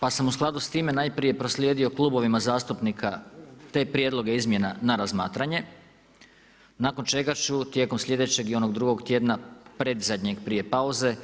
Pa sam u skladu s time najprije proslijedio Klubovima zastupnika, te prijedloge izmjena na razmatranje, nakon čega ću tijekom sljedećeg i onog tjedna, predzadnjeg prije pauze,